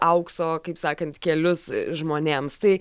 aukso kaip sakant kelius žmonėms tai